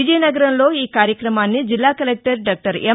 విజయనగరంలో ఈ కార్యక్రమాన్ని జిల్లా కలెక్టర్ డాక్టర్ ఎం